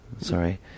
sorry